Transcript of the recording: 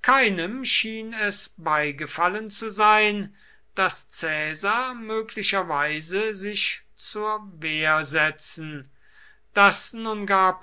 keinem schien es beigefallen zu sein daß caesar möglicherweise sich zur wehr setzen daß nun gar